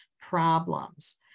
problems